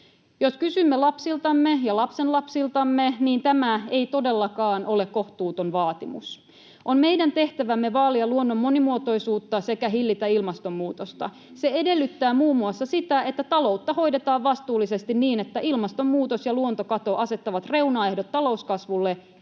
Jos kysymme lapsiltamme ja lapsenlapsiltamme, niin tämä ei todellakaan ole kohtuuton vaatimus. On meidän tehtävämme vaalia luonnon monimuotoisuutta sekä hillitä ilmastonmuutosta. Se edellyttää muun muassa sitä, että taloutta hoidetaan vastuullisesti niin, että ilmastonmuutos ja luontokato asettavat reunaehdot talouskasvulle